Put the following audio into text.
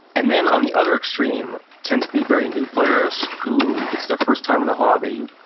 and then on the other extreme tends to be very new players who it's their first time in the hobby,